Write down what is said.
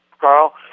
Carl